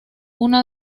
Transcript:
una